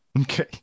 Okay